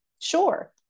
sure